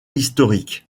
historique